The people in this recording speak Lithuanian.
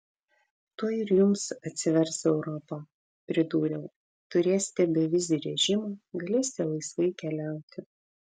tuoj ir jums atsivers europa pridūriau turėsite bevizį režimą galėsite laisvai keliauti